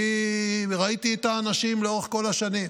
כי ראיתי את האנשים לאורך כל השנים.